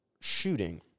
shooting